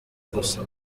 gusa